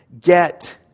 Get